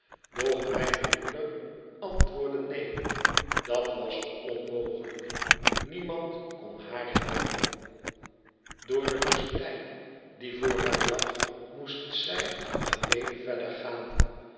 doch mijne moeder antwoordde neen dat was onmogelijk niemand kon haar helpen het verlaten huis door de woestijn die voor haar lag moest zij alleen verder gaan